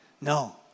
No